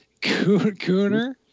Cooner